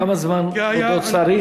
כמה זמן כבודו צריך?